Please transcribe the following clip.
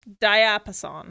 Diapason